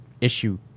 issue